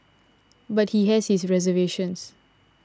but he has his reservations